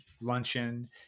luncheon